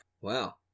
Wow